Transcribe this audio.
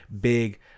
big